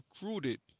recruited